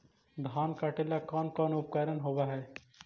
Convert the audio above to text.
धान काटेला कौन कौन उपकरण होव हइ?